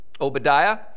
Obadiah